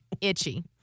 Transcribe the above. itchy